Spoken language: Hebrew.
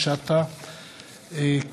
התשע"ט 2018,